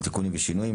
עדכונים ושינויים.